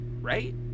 right